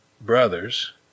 brother's